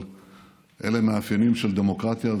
אבל אלה המאפיינים של דמוקרטיה,